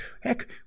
heck